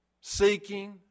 seeking